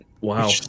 Wow